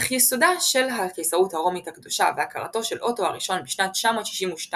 אך יסודה של הקיסרות הרומית הקדושה והכתרתו של אוטו הראשון בשנת 962,